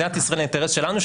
מדינת ישראל האינטרס שלנו,